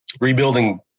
rebuilding –